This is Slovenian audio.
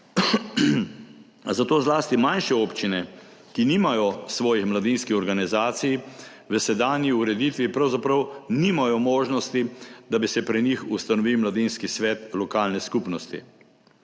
Zato zlasti manjše občine, ki nimajo svojih mladinskih organizacij, v sedanji ureditvi pravzaprav nimajo možnosti, da bi se pri njih ustanovil mladinski svet lokalne skupnosti.